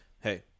Hey